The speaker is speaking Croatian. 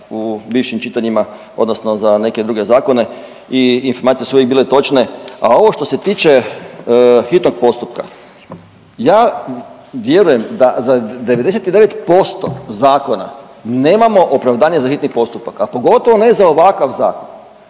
u bivšim čitanjima, odnosno za neke druge zakone i informacije su uvijek bile točne, a ovo što se tiče hitnog postupka, ja vjerujem da za 99% zakona nemamo opravdavanje za hitni postupak, a pogotovo ne za ovakav zakon.